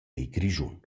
grischun